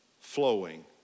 flowing